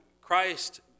Christ